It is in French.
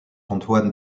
antoine